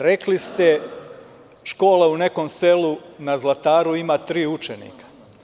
Rekli ste – škola u nekom selu na Zlataru ima tri učenika.